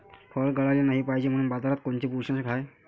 फळं गळाले नाही पायजे म्हनून बाजारात कोनचं बुरशीनाशक हाय?